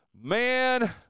Man